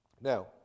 Now